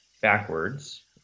backwards